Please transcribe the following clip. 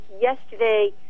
yesterday